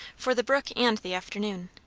for the brook and the afternoon.